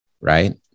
right